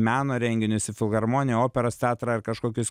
meno renginius į filharmoniją operos teatrą ar kažkokius